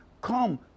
come